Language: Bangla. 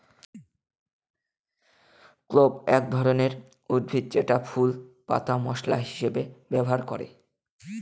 ক্লোভ এক ধরনের উদ্ভিদ যেটার ফুল, পাতা মশলা হিসেবে ব্যবহার করে